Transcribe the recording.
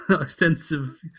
extensive